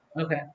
Okay